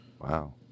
Wow